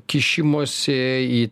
kišimosi į